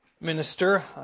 minister